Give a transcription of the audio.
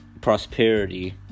Prosperity